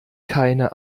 keine